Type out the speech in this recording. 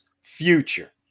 future